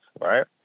right